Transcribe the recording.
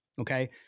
okay